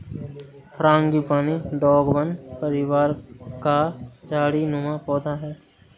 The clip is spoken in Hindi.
फ्रांगीपानी डोंगवन परिवार का झाड़ी नुमा पौधा है